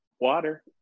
water